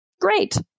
great